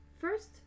First